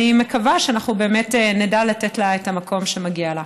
אני מקווה שאנחנו באמת נדע לתת לה את המקום שמגיע לה.